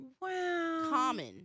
common